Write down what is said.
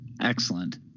excellent